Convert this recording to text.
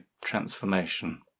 transformation